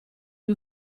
gli